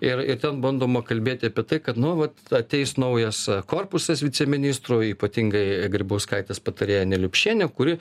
ir ir ten bandoma kalbėti apie tai kad nu vat ateis naujas korpusas viceministro ypatingai grybauskaitės patarėja neliupšienė kuri